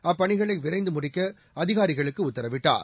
அப்பணிகளை விரைந்து முடிக்க அதிகாரிகளுக்கு உத்தரவிட்டார்